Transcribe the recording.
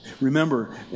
Remember